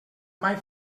mai